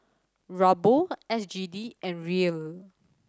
Ruble S G D and Riel